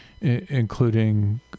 including